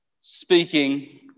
speaking